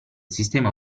sistema